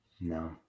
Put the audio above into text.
No